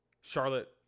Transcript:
charlotte